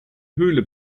höhle